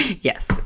Yes